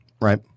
Right